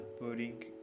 putting